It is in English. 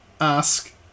ask